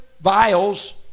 vials